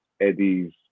Eddie's